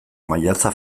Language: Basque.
maiatza